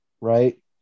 right